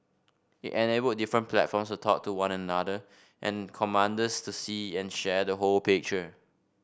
it enabled different platforms to talk to one another and commanders to see and share the whole picture